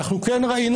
כן ראינו